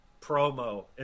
promo